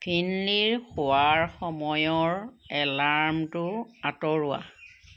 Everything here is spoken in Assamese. ফিনলিৰ শোৱাৰ সময়ৰ এলাৰ্মটো আঁতৰোৱা